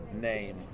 name